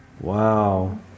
Wow